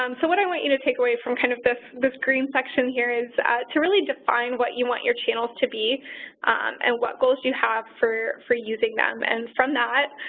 um so, what i want you to take away from kind of this this green section here is to really define what you want your channels to be and what goals you have for for using them. and from that,